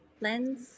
lens